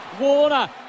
Warner